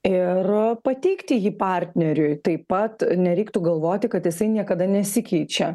ir pateikti jį partneriui taip pat nereiktų galvoti kad jisai niekada nesikeičia